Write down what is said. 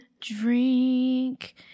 drink